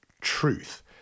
truth